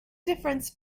difference